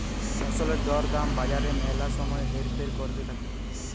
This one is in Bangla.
ফসলের দর দাম বাজারে ম্যালা সময় হেরফের ক্যরতে থাক্যে